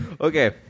Okay